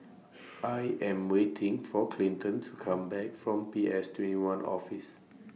I Am waiting For Clinton to Come Back from P S two one Office